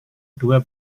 dua